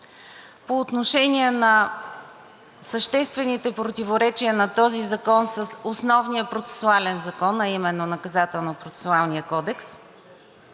по отношение на съществените противоречия на този закон с основния процесуален закон, а именно Наказателно-процесуалния кодекс.